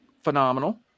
phenomenal